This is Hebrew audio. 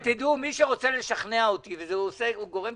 שתדעו, מי שרוצה לשכנע אותי, הוא עושה את ההפך.